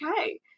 okay